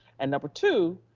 and number two,